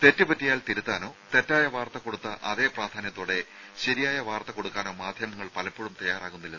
തെറ്റ്പറ്റിയാൽ തിരുത്താനോ തെറ്റായ വാർത്ത കൊടുത്ത അതേ പ്രാധാന്യത്തോടെ ശരിയായ വാർത്ത കൊടുക്കാനോ മാധ്യമങ്ങൾ പലപ്പോഴും തയാറാകുന്നില്ല